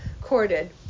corded